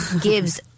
gives